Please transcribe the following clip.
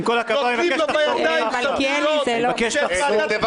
אני מבקש, עם כל הכבוד, שתחזור בך עכשיו.